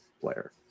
player